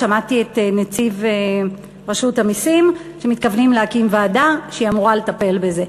שמעתי את נציב רשות המסים אומר שמתכוונים להקים ועדה שאמורה לטפל בזה.